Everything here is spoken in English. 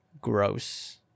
Gross